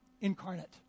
incarnate